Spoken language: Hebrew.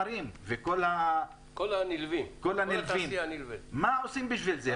וכל הנלווים, מה עושים בשביל זה?